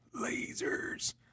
Lasers